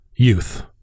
youth